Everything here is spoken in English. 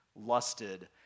lusted